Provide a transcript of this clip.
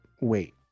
wait